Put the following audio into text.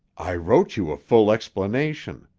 i wrote you a full explanation.